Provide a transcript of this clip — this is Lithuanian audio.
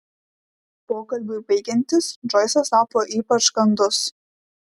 pokalbiui baigiantis džoisas tapo ypač kandus